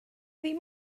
ddim